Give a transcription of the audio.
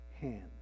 hand